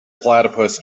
platypus